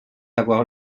avoir